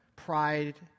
Pride